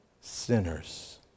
sinners